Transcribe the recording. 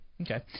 Okay